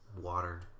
water